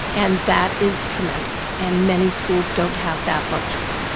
and that is tremendous. and many schools don't have that luxury.